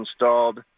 installed—